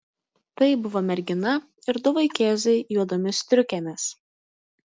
tai buvo mergina ir du vaikėzai juodomis striukėmis